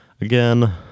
again